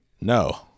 No